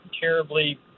terribly